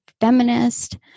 feminist